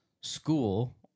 school